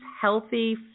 healthy